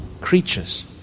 creatures